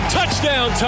Touchdown